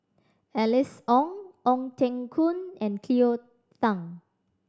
Alice Ong Ong Teng Koon and Cleo Thang